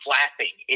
Flapping